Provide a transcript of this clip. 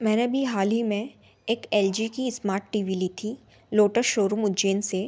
मैंने अभी हाल ही में एक एल जी की स्मार्ट टी वी ली थी लोटस शोरूम उज्जैन से